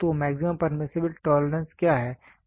तो maximum permissible tolerance क्या है